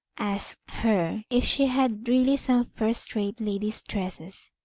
asked her if she had really some first-rate ladies' dresses?